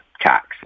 tax